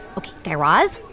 ok. guy raz,